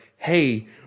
Hey